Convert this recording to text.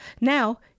now